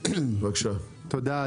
תודה,